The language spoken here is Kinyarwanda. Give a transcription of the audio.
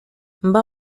mba